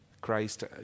Christ